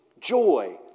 joy